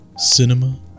cinema